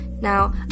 Now